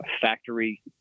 factory